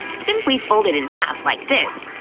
simply fold it in half like this.